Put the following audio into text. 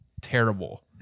Terrible